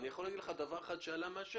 אני יכול להגיד לך דבר אחד שעלה מהשטח,